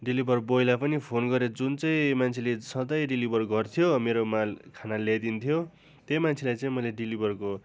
deliver बोईलाई पनि phone गरेँ जुन चाहिँ मान्छेले सधैँ डिलिभर गर्थ्यो मेरोमाा खाना ल्याइदिन्थ्यो त्यही मान्छेलाई चाहिँ मैले डिलिभरको